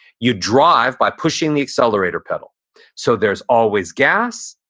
you drive by pushing the accelerator pedal so there's always gas,